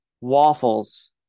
waffles